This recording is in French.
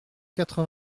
quatre